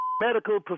Medical